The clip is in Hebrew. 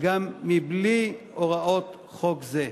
גם בלי הוראות חוק זה.